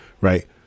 Right